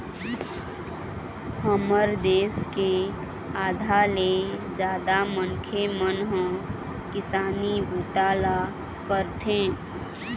हमर देश के आधा ले जादा मनखे मन ह किसानी बूता ल करथे